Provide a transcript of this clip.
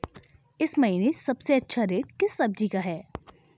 इस महीने सबसे अच्छा रेट किस सब्जी का है?